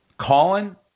Colin